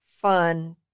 fun